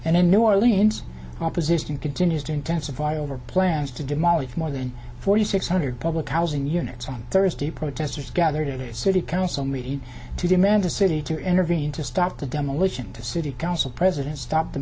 and in new orleans opposition continues to intensify over plans to demolish more than forty six hundred public housing units on thursday protesters gathered in the city council meeting to demand the city to intervene to stop the demolition the city council president stopped the